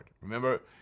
Remember